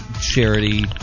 charity